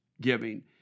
giving